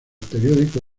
periódico